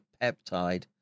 peptide